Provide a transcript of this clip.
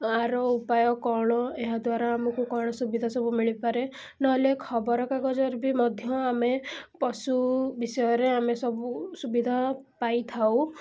ଆର ଉପାୟ କ'ଣ ଏହାଦ୍ୱାରା ଆମକୁ କ'ଣ ସୁବିଧା ସବୁ ମିଳିପାରେ ନହେଲେ ଖବରକାଗଜରେ ବି ମଧ୍ୟ ଆମେ ପଶୁ ବିଷୟରେ ଆମେ ସବୁ ସୁବିଧା ପାଇଥାଉ